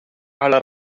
alla